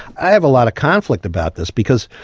i have a lot of conflict about this, because